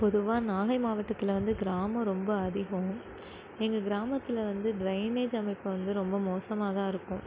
பொதுவாக நாகை மாவட்டத்தில் வந்து கிராமம் ரொம்ப அதிகம் எங்கள் கிராமத்தில் வந்து டிரைனேஜ் அமைப்பு வந்து ரொம்ப மோசமாக தான் இருக்கும்